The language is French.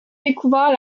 découvert